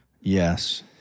Yes